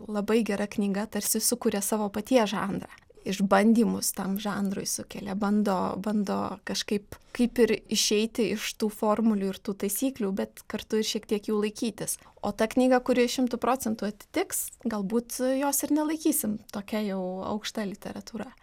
labai gera knyga tarsi sukuria savo paties žanrą išbandymus tam žanrui sukelia bando bando kažkaip kaip ir išeiti iš tų formulių ir tų taisyklių bet kartu ir šiek tiek jų laikytis o ta knyga kuri šimtu procentų atitiks galbūt jos ir nelaikysim tokia jau aukšta literatūra